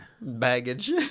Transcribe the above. baggage